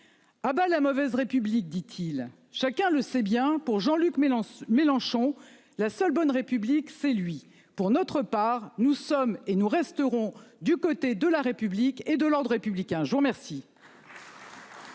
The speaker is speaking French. Ah bah la mauvaise République dit-il, chacun le sait bien. Pour Jean Luc Mélenchon Mélenchon. La seule bonne République c'est lui. Pour notre part nous sommes et nous resterons du côté de la République et de l'Ordre républicain je vous remercie.